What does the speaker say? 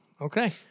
Okay